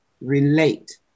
relate